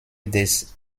des